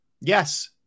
Yes